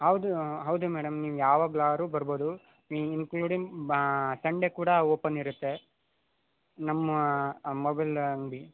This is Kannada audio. ಹೌದು ಹೌದು ಮೇಡಮ್ ನೀವು ಯಾವಾಗ್ಲಾದ್ರು ಬರ್ಬೋದು ಇನ್ಕ್ಲುಡಿಂಗ್ ಬಾ ಸಂಡೆ ಕೂಡ ಓಪನ್ ಇರುತ್ತೆ ನಮ್ಮ ಮೊಬೈಲ್ ಅಂಗಡಿ